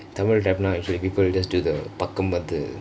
tamil rap people usually just do the பக்கம் வந்து:pakkam vanthu